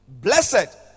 Blessed